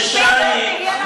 ירושלים,